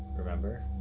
remember?